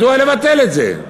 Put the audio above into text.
מדוע לבטל את זה?